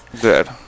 good